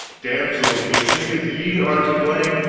damsels, methinketh ye are to blame,